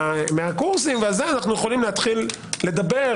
מהקורסים ועל זה אנו יכולים להתחיל לדבר,